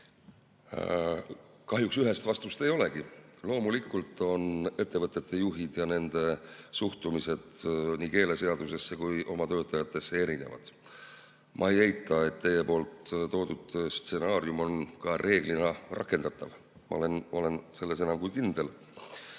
kahjuks ühest vastust ei olegi. Loomulikult on ettevõtete juhid ja nende suhtumised nii keeleseadusesse kui ka oma töötajatesse erinevad. Ma ei eita, et teie toodud stsenaarium on reeglina rakendatav. Ma olen selles enam kui kindel.